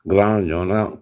ग्रांऽ जाना